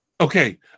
Okay